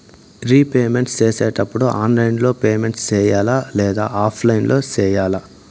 repayment సేసేటప్పుడు online లో payment సేయాలా లేదా ఆఫ్లైన్ లో సేయాలా